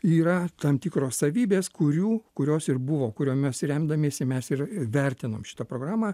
yra tam tikros savybės kurių kurios ir buvo kuriomis remdamiesi mes ir vertinom šitą programą